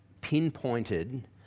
pinpointed